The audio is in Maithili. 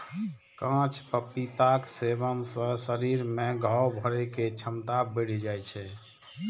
कांच पपीताक सेवन सं शरीर मे घाव भरै के क्षमता बढ़ि जाइ छै